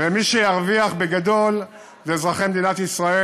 ומי שירוויחו בגדול הם אזרחי מדינת ישראל.